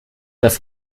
das